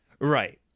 Right